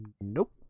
nope